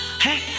hey